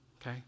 okay